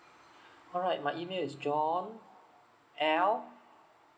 alright my email is john L